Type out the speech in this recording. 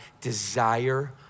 desire